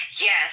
Yes